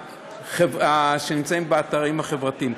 שנמצאים באתרים החברתיים.